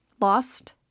Lost